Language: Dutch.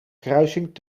kruising